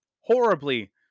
horribly